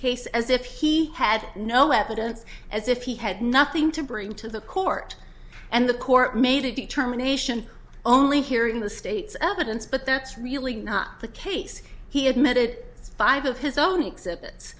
case as if he had no evidence as if he had nothing to bring to the court and the court made a determination only hearing the state's evidence but that's really not the case he admitted five of his own exhibits